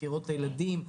חקירות ילדים,